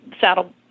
saddle